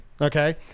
Okay